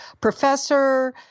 professor